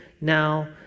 now